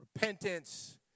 Repentance